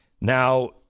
Now